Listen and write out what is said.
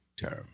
term